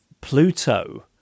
Pluto